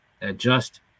adjust